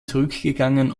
zurückgegangen